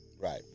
right